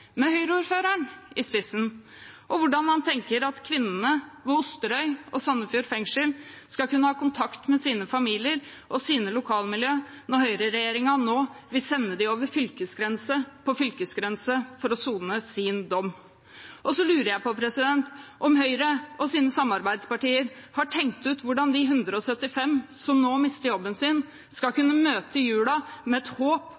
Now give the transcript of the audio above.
med Høyre-ordføreren i spissen. Hvordan tenker han at kvinnene ved Osterøy fengsel og Sandefjord fengsel skal kunne ha kontakt med sine familier og sine lokalmiljø når høyreregjeringen nå vil sende dem over fylkesgrense etter fylkesgrense for å sone sin dom? Jeg lurer på om Høyre med sine samarbeidspartier har tenkt ut hvordan de 175 som nå mister jobben, skal kunne møte julen med